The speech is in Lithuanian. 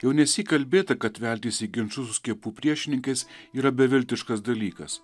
jau nesyk kalbėta kad veltis į ginčus su skiepų priešininkais yra beviltiškas dalykas